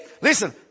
listen